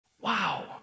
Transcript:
Wow